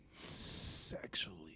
sexually